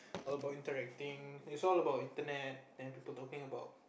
all about interacting it's all about internet then people talking about